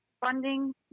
funding